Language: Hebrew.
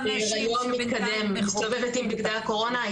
בהיריון מתקדם מסתובבת עם בגדי הקורונה,